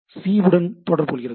B C யுடன் தொடர்பு கொள்கிறது